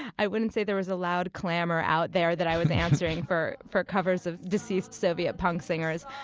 i wouldn't say there was a loud clamor out there that i was answering for for covers of deceased soviet punk singers.